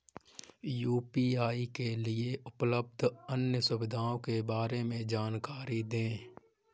UPI के लिए उपलब्ध अन्य सुविधाओं के बारे में जानकारी दें?